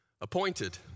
appointed